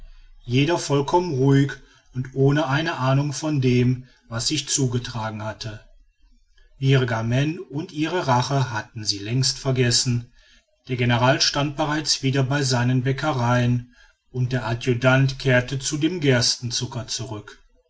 jeder vollkommen ruhig und ohne eine ahnung von dem was sich zugetragen hatte virgamen und ihre rache hatten sie längst vergessen der general stand bereits wieder bei seinen bäckereien und der adjutant kehrte zu dem gerstenzucker zurück